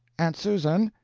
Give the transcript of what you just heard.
aunt susan!